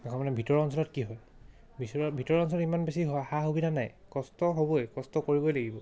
আকৌ মানে ভিতৰৰ অঞ্চলত কি হয় ভিতৰুৱা ভিতৰ অঞ্চলত ইমান বেছি সা সুবিধা নাই কষ্ট হ'বই কষ্ট কৰিবই লাগিব